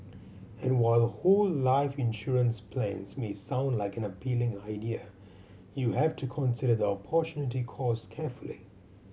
and while whole life insurance plans may sound like an appealing idea you have to consider the opportunity cost carefully